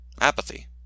apathy